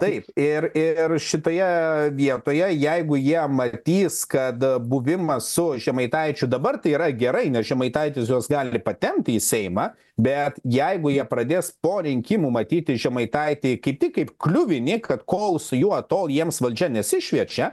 taip ir ir šitoje vietoje jeigu jie matys kad buvimas su žemaitaičiu dabar tai yra gerai nes žemaitaitis juos gali patempti į seimą bet jeigu jie pradės po rinkimų matyti žemaitaitį kaip tik kaip kliuvinį kad kol su juo tol jiems valdžia nesišviečia